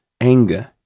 anger